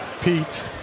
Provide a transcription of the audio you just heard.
Pete